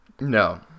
No